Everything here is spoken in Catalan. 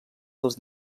dels